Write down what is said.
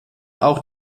auch